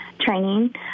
training